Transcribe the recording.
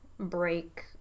break